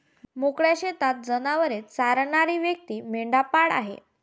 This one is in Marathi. मोकळ्या शेतात जनावरे चरणारी व्यक्ती मेंढपाळ आहे